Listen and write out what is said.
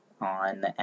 on